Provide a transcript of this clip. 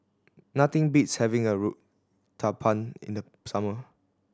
nothing beats having Uthapam in the summer